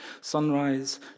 Sunrise